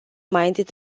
minded